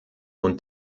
und